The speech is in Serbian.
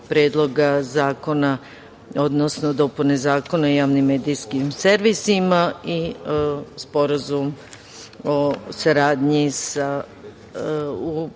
zakona, odnosno dopune Zakona o javnom medijskim servisima i Sporazum o saradnji u